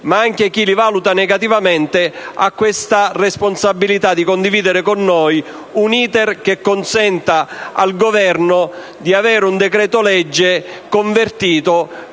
ma anche chi li valuta negativamente ha la responsabilità di condividere con noi un *iter* che consenta al Governo di veder convertito